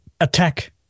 attack